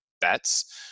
bets